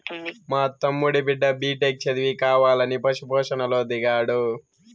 మా తమ్ముడి బిడ్డ బిటెక్ చదివి కావాలని పశు పోషణలో దిగాడు